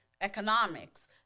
economics